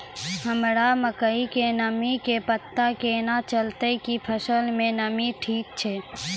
हमरा मकई के नमी के पता केना चलतै कि फसल मे नमी ठीक छै?